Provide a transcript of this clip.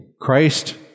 Christ